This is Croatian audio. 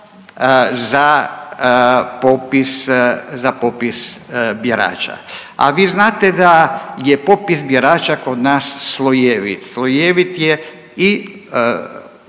za popis birača. A vi znate da je popisa birača kod nas slojevit, slojevit je i